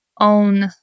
own